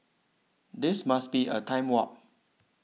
this must be a time warp